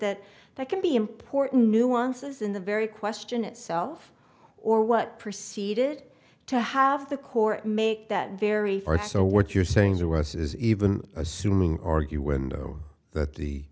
that that can be important nuances in the very question itself or what preceded to have the core make that very far so what you're saying to us is even assuming argue window that the